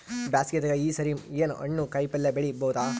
ಬ್ಯಾಸಗಿ ದಾಗ ಈ ಸರಿ ಏನ್ ಹಣ್ಣು, ಕಾಯಿ ಪಲ್ಯ ಬೆಳಿ ಬಹುದ?